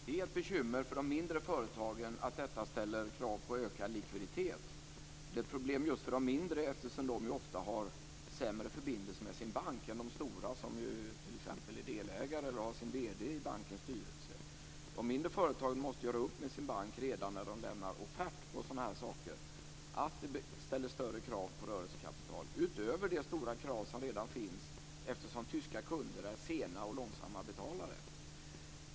Fru talman! Det är ett bekymmer för de mindre företagen att detta ställer krav på ökad likviditet. Det är ett problem just för de mindre, eftersom de ju ofta har sämre förbindelse med sina banker än de stora, som ju t.ex. kan vara delägare eller ha sin vd i bankens styrelse. De mindre företagen måste göra upp med sin bank redan när de lämnar offert på sådana här saker. Det ställer större krav i fråga om rörelsekapital utöver de stora krav som redan finns eftersom tyska kunder är sena och långsamma betalare.